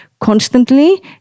constantly